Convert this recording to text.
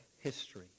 history